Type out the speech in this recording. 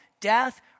death